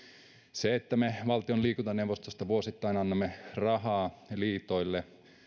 se että me valtion liikuntaneuvostosta vuosittain annamme rahaa liitoille